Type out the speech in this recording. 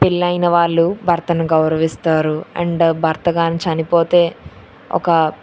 పెళ్ళైన వాళ్ళు భర్తను గౌరవిస్తారు అండ్ భర్తగానీ చనిపోతే ఒక